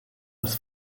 als